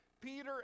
Peter